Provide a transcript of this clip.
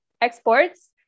exports